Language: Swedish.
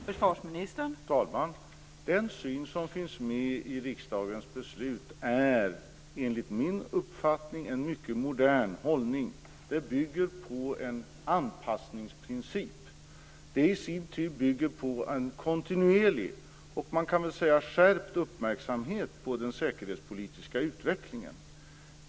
Fru talman! Den syn som finns med i riksdagens beslut är enligt min uppfattning en mycket modern hållning. Den bygger på en anpassningsprincip. Den i sin tur bygger på en kontinuerlig, och man kan väl säga skärpt, uppmärksamhet på den säkerhetspolitiska utvecklingen.